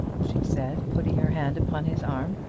she said, putting her hand upon his arm,